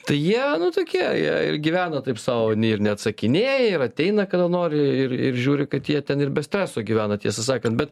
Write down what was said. tai jie nu tokie jie ir gyvena taip sau ir neatsakinėja ir ateina kada nori ir ir žiūri kad jie ten ir be streso gyvena tiesą sakant bet